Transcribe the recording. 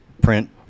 print